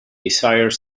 desire